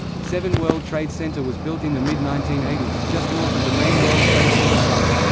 seven world trade center was built in the mid nineteen eighty s, just north of the main world trade center site.